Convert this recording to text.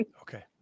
Okay